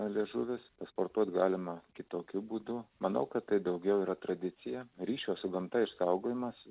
liežuvis pasportuot galima kitokiu būdu manau kad tai daugiau yra tradicija ryšio su gamta išsaugojimas